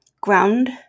ground